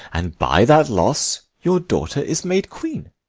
and by that loss your daughter is made queen.